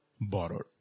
borrowed